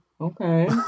okay